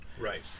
Right